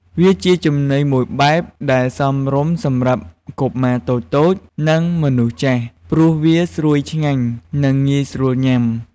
វាជាចំណីមួយបែបដែលសមរម្យសម្រាប់កុមារតូចៗ និងមនុស្សចាស់ ព្រោះវាស្រួយឆ្ងាញ់ និងងាយស្រួលញុំា។